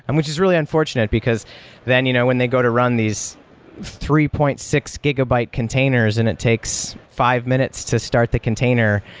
and which is really unfortunate, because then you know when they go to run these three point six gigabyte containers and it takes five minutes to start the container,